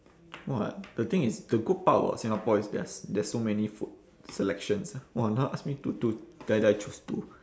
!wah! the thing is the good part about singapore is there are there's so many food selections !wah! now ask me to die die choose two